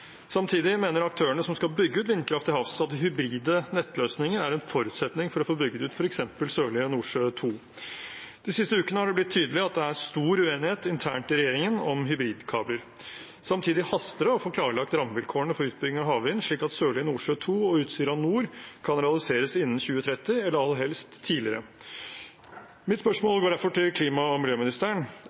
Samtidig mener aktørene som skal bygge ut vindkraft til havs, at hybride nettløsninger er en forutsetning for å få bygget ut f.eks. Sørlige Nordsjø II. De siste ukene har det blitt tydelig at det er stor uenighet internt i regjeringen om hybridkabler. Samtidig haster det å få klarlagt rammevilkårene for utbygging av havvind, slik at Sørlige Nordsjø II og Utsira Nord kan realiseres innen 2030, eller aller helst tidligere. Mitt spørsmål går derfor til klima- og miljøministeren: